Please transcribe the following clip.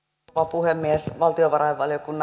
puhemies valtiovarainvaliokunnan